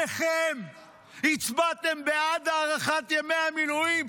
שניכם הצבעתם בעד הארכת ימי המילואים,